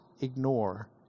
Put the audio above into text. ignore